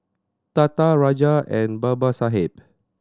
Tata Raja and Babasaheb